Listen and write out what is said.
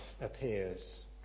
appears